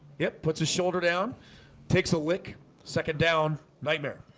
it puts his shoulder down takes a lick second down nightmare